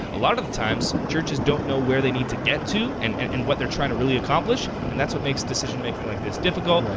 a lot of the times churches don't know where they need to get to and and and what they're trying to really accomplish and that's what makes decision making like this difficult. right.